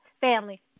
family